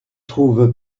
trouve